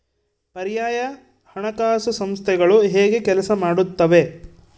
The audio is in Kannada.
ಪರ್ಯಾಯ ಹಣಕಾಸು ಸಂಸ್ಥೆಗಳು ಹೇಗೆ ಕೆಲಸ ಮಾಡುತ್ತವೆ?